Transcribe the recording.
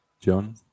John